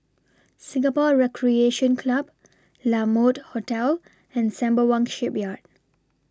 Singapore Recreation Club La Mode Hotel and Sembawang Shipyard